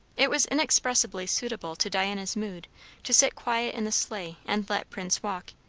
it was inexpressibly suitable to diana's mood to sit quiet in the sleigh and let prince walk,